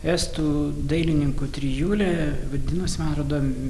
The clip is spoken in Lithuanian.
estų dailininkų trijulė vadinosi man atrodo